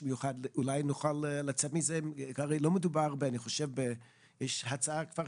כי אני לא חושב שזה קיים